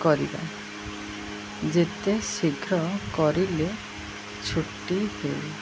କରିବା ଯେତେ ଶୀଘ୍ର କରିଲେ ଛୁଟି ହେଉ